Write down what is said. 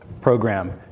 program